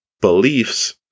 beliefs